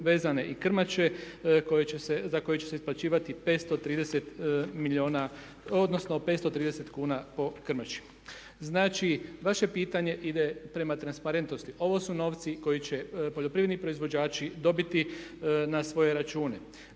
vezane i krmače za koje će se isplaćivati 530 milijuna odnosno 530 kuna po krmači. Znači vaše pitanje ide prema transparentnosti. Ovo su novci koji će poljoprivredni proizvođači dobiti na svoje račune.